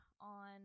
on